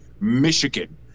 Michigan